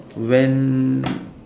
when